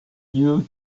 you